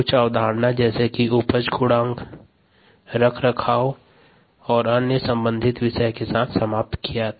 कुछ अवधारणा जैसे कि उपज गुणांक रखरखाव और अन्य संबंधित विषय के साथ समाप्त किया था